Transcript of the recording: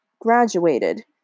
graduated